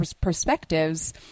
perspectives